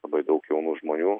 labai daug jaunų žmonių